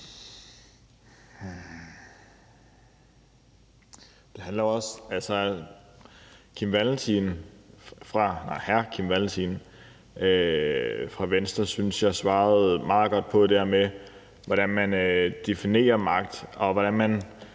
Jeg synes, at hr. Kim Valentin fra Venstre svarede meget godt på det her med, hvordan man definerer magt, og hvordan man